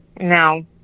No